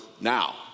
now